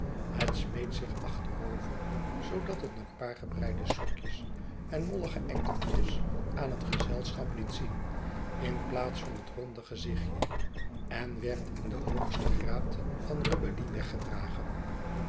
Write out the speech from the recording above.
het smeet zich achterover zoodat het een paar gebreide sokjes en mollige enkeltjes aan het gezelschap liet zien in plaats van het ronde gezichtje en werd in den hoogsten graad van rebellie weggedragen